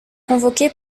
convoqué